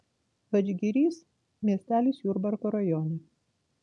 vadžgirys miestelis jurbarko rajone